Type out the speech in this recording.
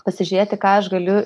pasižiūrėti ką aš galiu